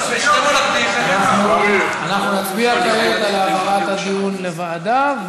אנחנו נצביע כעת על העברת הדיון לוועדה,